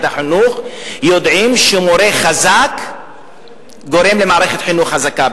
החינוך יודעים שמורה חזק גורם למערכת חינוך חזקה.